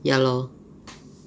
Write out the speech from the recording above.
ya lor